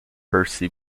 percy